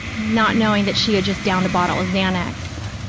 not knowing that she had just downed a bottle of xanax